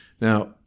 Now